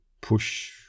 Push